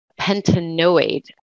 pentanoid